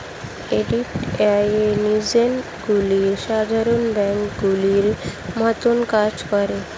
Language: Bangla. ক্রেডিট ইউনিয়নগুলি সাধারণ ব্যাঙ্কগুলির মতোই কাজ করে